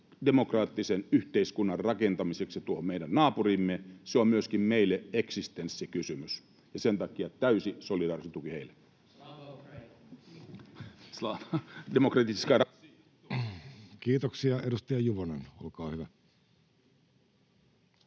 demokraattisen yhteiskunnan rakentamiseksi tuohon meidän naapuriimme. Se on myöskin meille eksistenssikysymys, ja sen takia täysi solidaarisuus ja tuki heille.